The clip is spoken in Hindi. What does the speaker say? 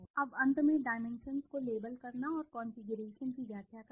अब अंत में डाइमेंशन्सको लेबल करना और कॉन्फ़िगरेशन की व्याख्या करना